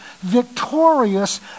victorious